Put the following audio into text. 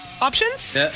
options